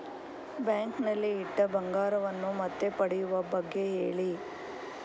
bank ನಲ್ಲಿ ಇಟ್ಟ ಬಂಗಾರವನ್ನು ಮತ್ತೆ ಪಡೆಯುವ ಬಗ್ಗೆ ಹೇಳಿ